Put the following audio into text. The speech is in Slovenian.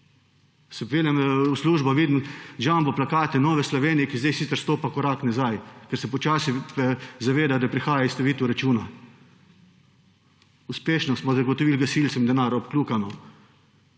Se peljem v službo, vidim jumbo plakate Nove Slovenije, ki zdaj sicer stopa korak nazaj, ker se počasi zaveda, da prihaja izstavitev računa. Uspešno smo zagotovili gasilcem denar, obkljukano.